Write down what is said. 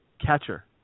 catcher